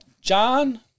John